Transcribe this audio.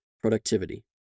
productivity